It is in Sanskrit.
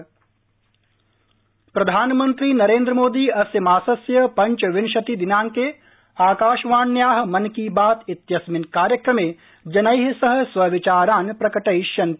मन की बात प्रधानमन्त्री नरेन्द्र मोदी अस्य मासस्य पंचविंशति दिनाङ्के आकाशवाण्याः मन की बात इत्यस्मिन् कार्यक्रमे जनैः सह स्वविचारान् प्रकटयिष्यति